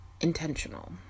intentional